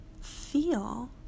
feel